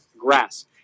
grass